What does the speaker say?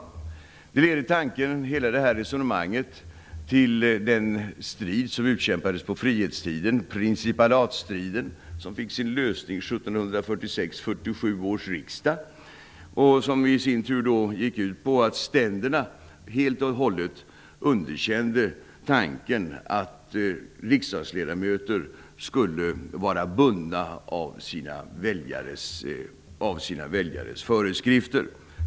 Hela resonemanget leder tanken till den strid som utkämpades under frihetstiden, principalatstriden, som fick sin lösning vid 1746/47 års riksdag. Lösningen gick ut på att ständerna helt och hållet underkände tanken att riksdagsledamöter skulle vara bundna av sina väljares föreskrifter.